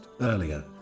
earlier